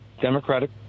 democratic